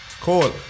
Cool